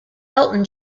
elton